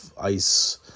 ice